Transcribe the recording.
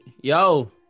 Yo